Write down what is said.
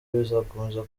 bizakomeza